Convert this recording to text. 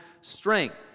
strength